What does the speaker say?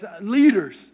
leaders